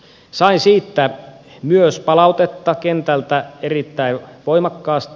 sain siitä myös palautetta kentältä erittäin voimakkaasti